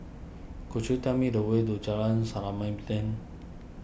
could you tell me the way to Jalan